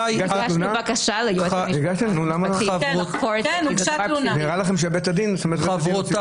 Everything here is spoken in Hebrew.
אבל זה היה נראה עכשיו שבית הדין אשם.